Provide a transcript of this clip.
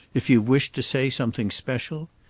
if you've wished to say something special?